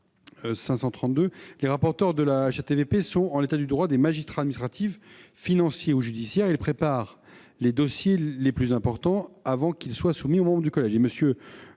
que les rapporteurs de la HATVP sont, en l'état du droit, des magistrats administratifs, financiers ou judiciaires. Ils préparent les dossiers les plus importants avant que ceux-ci ne soient soumis aux membres du collège.